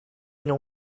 mille